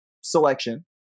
selection